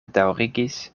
daŭrigis